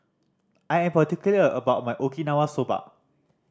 I am particular about my Okinawa Soba